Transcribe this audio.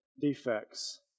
defects